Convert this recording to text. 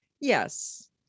yes